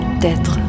d'être